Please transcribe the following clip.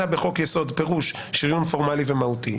בחוק יסוד" פירושו שריון פורמלי ומהותי.